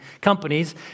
companies